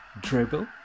Dribble